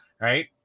right